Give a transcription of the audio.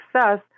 success